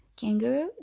Kangaroo